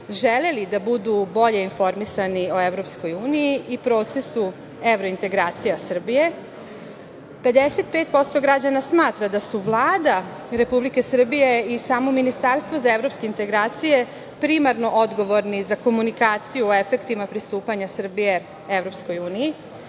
želeli da budu bolje informisani o EU i procesu evrointegracija Srbije, 55% građana smatra da su Vlada Republike Srbije i samo Ministarstvo za evropske integracije primarno odgovorni za komunikaciju o efektima pristupanja Srbije EU, 54%